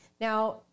Now